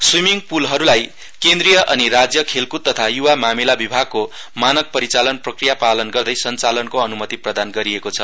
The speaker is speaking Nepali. स्विमिङ पूलहरुलाई केन्द्रिय अनि राज्य खेलक्द तथा य्वा मामिला विभागको मानक परिचालन प्रक्रिया पालन गर्दै सञ्चालनको अनुमति प्रदान गरिएको छ